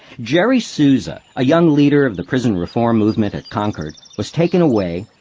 jerry sousa, a young leader of the prison reform movement at concord, was taken away,